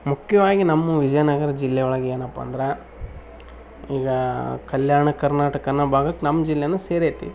ಮುಖ್ಯವಾಗಿ ನಮ್ಮ ವಿಜಯನಗರ ಜಿಲ್ಲೆಯೊಳಗೆ ಏನಪ್ಪ ಅಂದ್ರೆ ಈಗ ಕಲ್ಯಾಣ ಕರ್ನಾಟಕ ಅನ್ನೋ ಭಾಗಕ್ಕೆ ನಮ್ಮ ಜಿಲ್ಲೆಯೂ ಸೆರೈತಿ